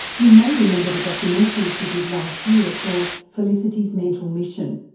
you may remember the documentary she did last year called felicity's mental mission.